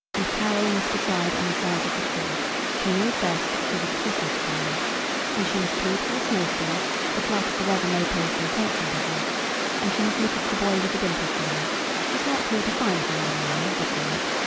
and carol must decide on the size of the tree she knows best, she was a christmas child and she must plead for the snow-storm the clerk of the weather may pay some attention to her and she must look up the boy with the dimple for me she's likelier to find him than i am, this minute.